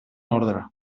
ordre